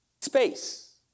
space